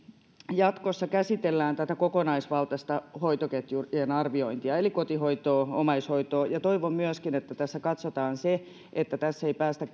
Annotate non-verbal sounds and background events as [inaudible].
jatkossa käsitellään tätä kokonaisvaltaista hoitoketjujen arviointia eli kotihoitoa omaishoitoa toivon myöskin että tässä katsotaan se että tässä ei päästä [unintelligible]